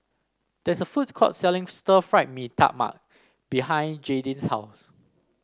there is a food court selling Stir Fried Mee Tai Mak behind Jaydin's house